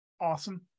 awesome